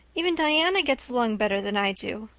even diana gets along better than i do.